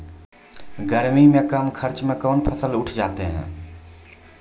गर्मी मे कम खर्च मे कौन फसल उठ जाते हैं?